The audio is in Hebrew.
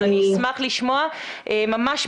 הוא חייב להתחיל לחנך להשפעות של החומרים המסוכנים,